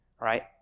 right